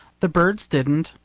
the birds didn't,